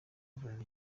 vuriro